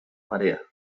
marea